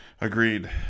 Agreed